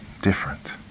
different